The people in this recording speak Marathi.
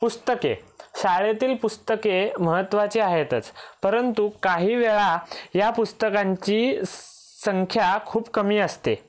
पुस्तके शाळेतील पुस्तके महत्त्वाचे आहेतच परंतु काही वेळा या पुस्तकांची संख्या खूप कमी असते